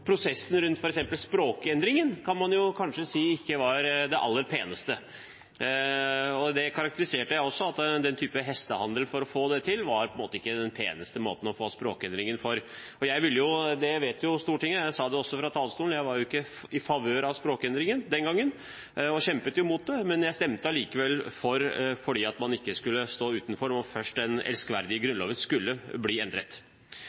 Prosessen rundt f.eks. språkendringen kan man jo kanskje si ikke var det aller peneste. Det karakteriserte jeg også, at den type hestehandel for å få det til ikke var den peneste måten å få språkendringen på. Stortinget vet jo, jeg sa det også fra talerstolen, at jeg ikke var for språkendringen den gangen og kjempet imot det, men jeg stemte allikevel for, fordi man ikke skulle stå utenfor når den elskverdige Grunnloven først skulle bli endret.